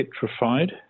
petrified